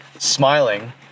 smiling